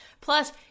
Plus